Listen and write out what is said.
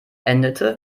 endete